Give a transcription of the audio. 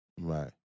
Right